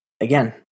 again